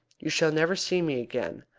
you shall never see me again.